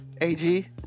AG